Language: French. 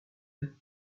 deux